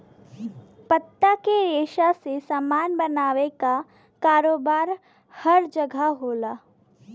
पत्ता के रेशा से सामान बनावे क कारोबार हर जगह होला